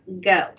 go